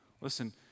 Listen